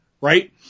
right